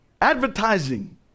Advertising